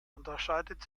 unterscheidet